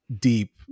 deep